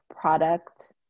product